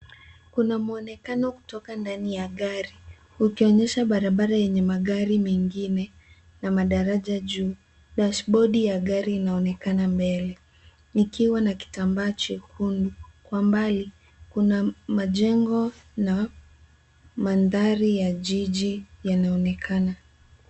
Kuna muonekano kutoka ndani ya gari hukionyesha barabara yenye magari mengine na madaraja juu. Dashi bodi ya gari inaonekana mbele likiwa na kitambaa chekundu. Kwa mbali kuna majengo na mandhari ya jiji yanaonekana.